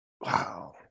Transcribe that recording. Wow